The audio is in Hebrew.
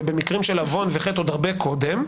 ובמקרים של עוון וחטא עוד הרבה קודם,